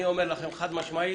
אני אומר לכם חד משמעית